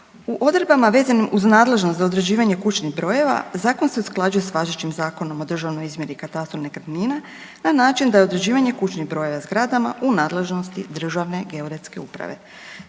U odredbama vezanim uz nadležnost za određivanje kućnih brojeva zakon se usklađuje s važećim Zakonom o državnoj izmjeri i katastru nekretnina na način da je određivanje kućnih brojeva zgradama u nadležnosti Državne geodetske uprave.